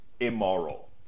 Immoral